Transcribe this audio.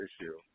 issue